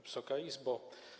Wysoka Izbo!